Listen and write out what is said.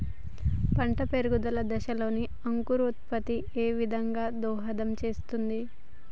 పంట పెరుగుదల దశలో అంకురోత్ఫత్తి ఏ విధంగా దోహదం చేస్తుంది?